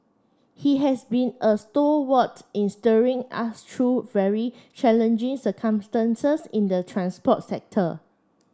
he has been a stalwart in steering us through very challenging circumstances in the transport sector